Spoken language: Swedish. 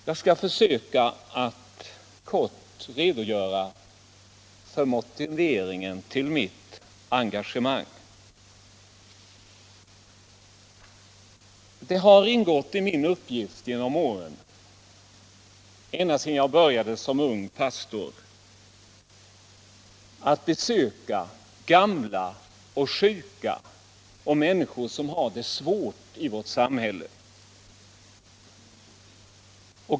Jag skall försöka att kort redogöra för motiveringen till mitt engagemang. Det har ingått i min uppgift genom åren, ända sedan jag började som ung pastor, att besöka gamla och sjuka — och människor som har det svårt i vårt samhälle.